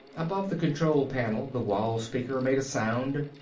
above the control panel the wall speaker made a sound,